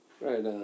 Right